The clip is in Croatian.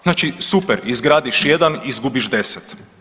Znači super, izgradiš jedan izgubiš 10.